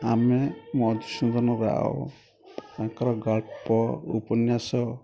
ଆମେ ମଧୁସୂଦନ ରାଓ ତାଙ୍କର ଗଳ୍ପ ଉପନ୍ୟାସ